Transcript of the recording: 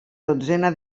dotzena